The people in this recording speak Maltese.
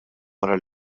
wara